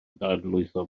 dadlwytho